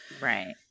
right